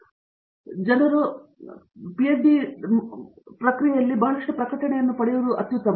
ಶೈಕ್ಷಣಿಕ ಸ್ಥಾನವನ್ನು ಕೇಳುವುದಾದರೆ ಜನರು ಪಿಎಚ್ಡಿ ಒಂದರಲ್ಲಿ ಹೆಚ್ಚು ಪ್ರಕಟಣೆಯನ್ನು ಪಡೆಯುವುದು ಉತ್ತಮ